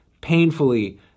painfully